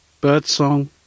Birdsong